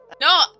No